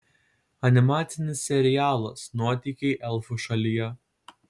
animacinis serialas nuotykiai elfų šalyje